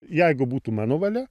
jeigu būtų mano valia